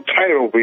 title